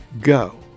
go